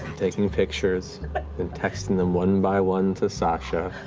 taking pictures but and texting them one by one to sasha.